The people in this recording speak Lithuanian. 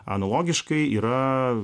analogiškai yra